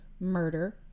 murder